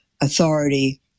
authority